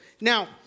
Now